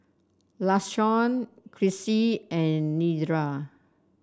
Lashawn Chrissie and Nedra